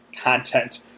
content